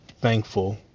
thankful